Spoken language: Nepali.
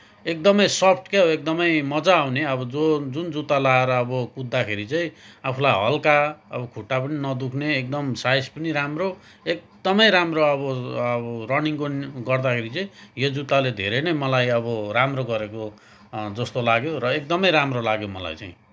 एकदमै सफ्ट के हो एकदमै मजा आउने अब जो जुन जुत्ता लाएर अब कुद्दाखेरि चाहिँ आफूलाई हलका अब खुट्टा पनि नदुख्ने एकदम साइज पनि राम्रो एकदमै राम्रो अब अब रनिङको गर्दाखेरि चाहिँ यो जुत्ताले धेरै नै मलाई अब राम्रो गरेको जस्तो लाग्यो र एकदमै राम्रो लाग्यो मलाई चाहिँ